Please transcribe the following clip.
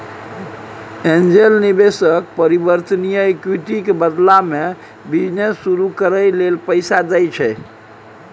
angel निवेशक परिवर्तनीय equity के बदला में बिजनेस शुरू करइ लेल पैसा दइ छै